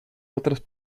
otras